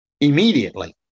immediately